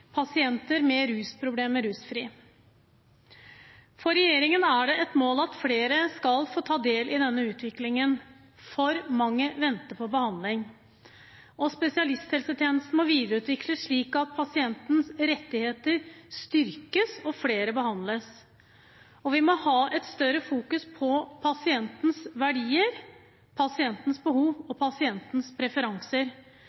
pasienter med rusproblemer rusfrie. For regjeringen er det et mål at flere skal få ta del i denne utviklingen. For mange venter på behandling. Spesialisthelsetjenesten må videreutvikles slik at pasientens rettigheter styrkes og flere behandles. Vi må ha et større fokus på pasientens verdier, pasientens behov